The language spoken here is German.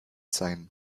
sein